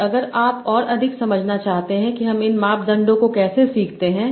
और अगर आप और अधिक समझना चाहते हैं कि हम इन मापदंडों को कैसे सीखते हैं